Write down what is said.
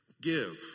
Give